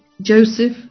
Joseph